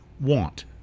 want